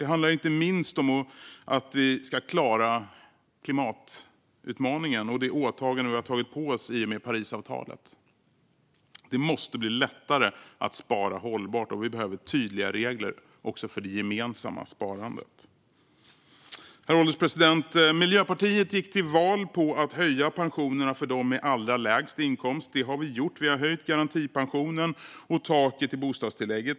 Det handlar inte minst om att vi ska klara klimatutmaningen och det åtagande som vi har tagit på oss i och med Parisavtalet. Det måste bli lättare att spara hållbart, och vi behöver tydliga regler också för det gemensamma sparandet. Herr ålderspresident! Miljöpartiet gick till val på att höja pensionerna för dem med allra lägst inkomst. Det har vi gjort. Vi har höjt garantipensionen och taket i bostadstillägget.